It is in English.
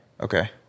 Okay